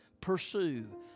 pursue